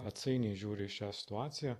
atsainiai žiūri į šią situaciją